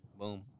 boom